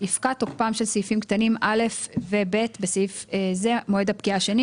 יפקע תוקפם של סעיפים קטנים (א) ו-(ב) (בסעיף זה - מועד הפקיעה השני).